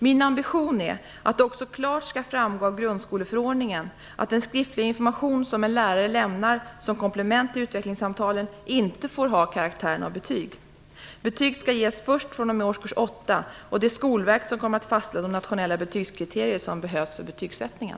Min ambition är att det också klart skall framgå av grundskoleförordningen att den skriftliga information som en lärare lämnar som komplement till utvecklingssamtalen inte får ha karaktären av betyg. Betyg skall ges först fr.o.m. årskurs 8, och det är Skolverket som kommer att fastställa de nationella betygskriterier som behövs för betygssättningen.